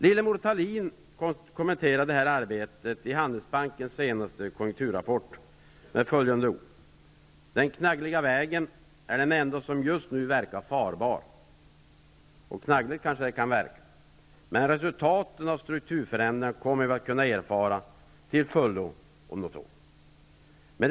Lillemor Thalin kommenterade detta arbete i Handelsbankens senaste konjunkturrapport med att ''den knaggliga vägen är den enda som just nu verkar farbar''. Och knaggligt kan det kanske verka. Resultaten av strukturförändringarna kommer vi att kunna erfara till fullo om något år.